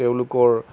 তেওঁলোকৰ